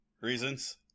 reasons